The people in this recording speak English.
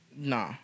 Nah